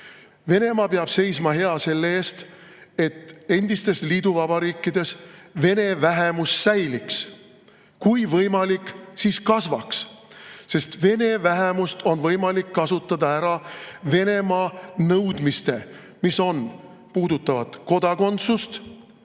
Venemaa peab seisma hea selle eest, et endistes liiduvabariikides vene vähemus säiliks. Kui võimalik, siis kasvaks. Sest vene vähemust on võimalik ära kasutada, et Venemaa nõudmisi, mis puudutavad kodakondsust